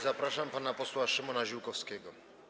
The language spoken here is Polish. Zapraszam pana posła Szymona Ziółkowskiego.